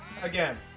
Again